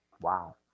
Wow